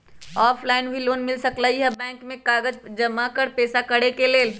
Offline भी loan मिलहई bank में कागज जमाकर पेशा करेके लेल?